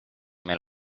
meil